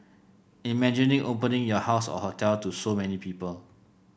imagine opening your house or hotel to so many people